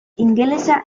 ingelesa